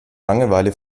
langeweile